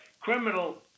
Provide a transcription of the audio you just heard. criminal